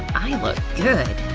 i look good.